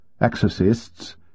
exorcists